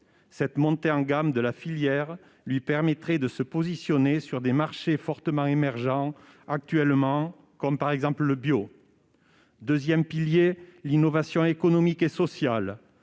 Cette montée en gamme de la filière lui permettrait de se positionner sur des marchés fortement émergents actuellement comme, par exemple, le bio. Deuxième pilier : l'innovation économique et sociale,